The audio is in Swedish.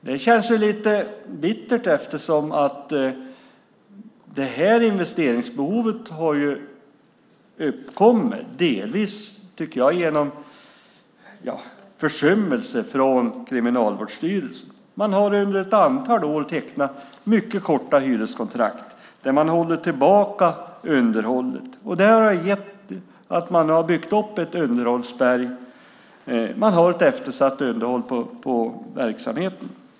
Det känns lite bittert eftersom det här investeringsbehovet delvis har uppkommit genom försummelser från Kriminalvårdsstyrelsen. Man har under ett antal år tecknat mycket korta hyreskontrakt och hållit tillbaka underhållet. Det har gjort att man har byggt upp ett underhållsberg. Det är ett eftersatt underhåll på verksamheten.